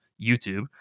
YouTube